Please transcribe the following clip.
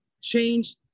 change